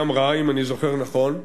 היא אמרה, אם אני זוכר נכון,